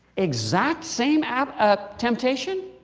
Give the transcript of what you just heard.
exact same um ah temptation?